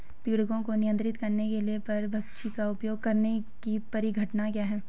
पीड़कों को नियंत्रित करने के लिए परभक्षी का उपयोग करने की परिघटना क्या है?